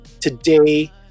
today